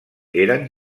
eren